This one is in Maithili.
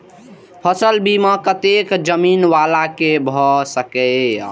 फसल बीमा कतेक जमीन वाला के भ सकेया?